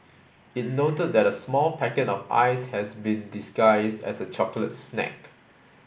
it noted that a small packet of Ice has been disguised as a chocolate snack